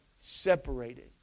separated